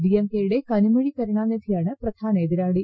D M കെയുടെ കനിമൊഴി കരുണാനിധിയാണ് പ്രധാന എതിരാളി